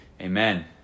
Amen